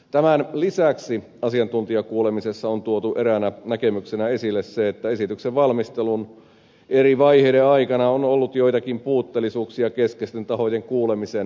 tämän lisäksi asiantuntijakuulemisessa on tuotu eräänä näkemyksenä esille se että esityksen valmistelun eri vaiheiden aikana on ollut joitakin puutteellisuuksia keskeisten tahojen kuulemisen osalta